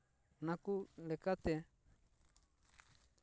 ᱚᱱᱟᱠᱚ ᱞᱮᱠᱟᱛᱮ